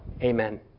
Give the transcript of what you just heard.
amen